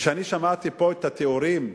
כששמעתי פה את התיאורים,